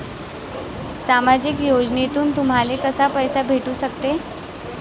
सामाजिक योजनेतून तुम्हाले कसा पैसा भेटू सकते?